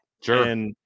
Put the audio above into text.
Sure